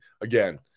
Again